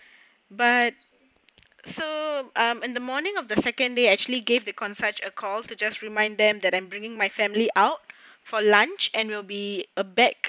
but so um in the morning of the second day actually gave the concierge a call to just remind them that I'm bringing my family out for lunch and will be a back